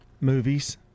movies